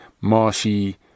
marshy